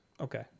Okay